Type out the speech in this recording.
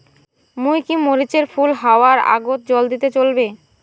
মুই কি মরিচ এর ফুল হাওয়ার আগত জল দিলে চলবে?